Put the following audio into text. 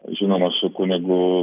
žinoma su kunigu